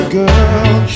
girl